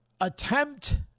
attempt